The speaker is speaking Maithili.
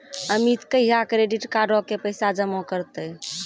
अमित कहिया क्रेडिट कार्डो के पैसा जमा करतै?